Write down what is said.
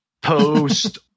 post